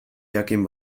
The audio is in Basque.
jakin